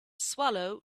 swallow